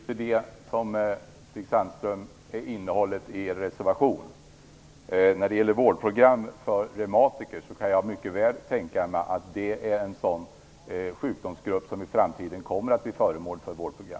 Fru talman! Men det var ju inte det som var innehållet i er reservation. När det gäller vårdprogram för reumatiker kan jag mycket väl tänka mig att det är en sådan sjukdomsgrupp som i framtiden kommer att bli föremål för vårdprogram.